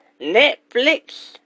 Netflix